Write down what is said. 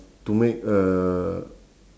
to make uh